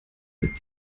bald